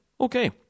Okay